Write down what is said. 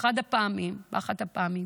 שבאחת הפעמים